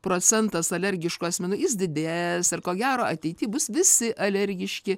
procentas alergiškų asmenų jis didės ir ko gero ateity bus visi alergiški